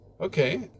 Okay